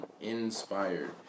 inspired